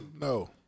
No